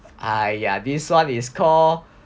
!aiya! this one is call